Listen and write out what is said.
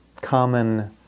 common